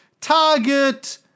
target